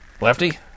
Lefty